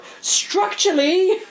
structurally